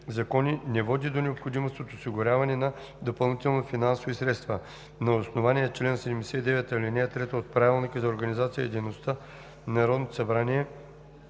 закони не води до необходимост от осигуряване на допълнителни финансови средства. На основание чл. 79, ал. 3 от Правилника за организацията и дейността на Народното събрание